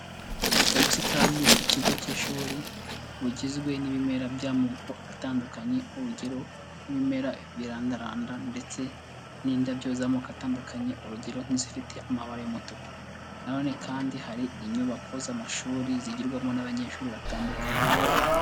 Ubusitani bw'ikigo cy'ishuri, bugizwe n'ibimera by'amoko atandukanye, urugero nk'ibimera birandaranda ndetse n'indabyo z'amoko atandukanye, urugero nk'izifite amabara y'umutuku. Nanone kandi hari inyubako z'amashuri, zigirwamo n'abanyeshuri batandukanye.